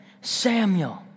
Samuel